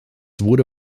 wurde